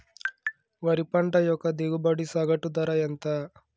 వరి పంట యొక్క దిగుబడి సగటు ధర ఎంత?